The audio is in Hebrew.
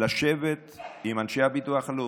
לשבת עם אנשי הביטוח הלאומי,